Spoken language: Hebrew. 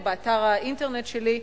או באתר האינטרנט שלי,